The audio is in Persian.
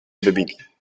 ببینی